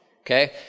Okay